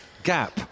gap